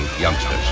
youngsters